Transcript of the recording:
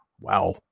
wow